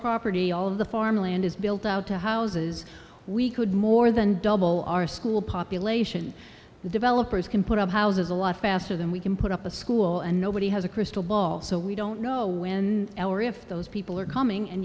property all of the farmland is built out to houses we could more than double our school population the developers can put up houses a lot faster than we can put up a school and nobody has a crystal ball so we don't know when our if those people are coming and